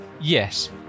yes